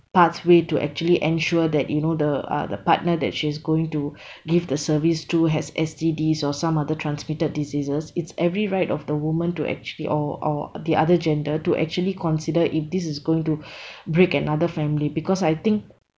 pathway to actually ensure that you know the uh the partner that she's going to give the service to has S_T_Ds or some other transmitted diseases it's every right of the women to actually or or the other gender to actually consider if this is going to break another family because I think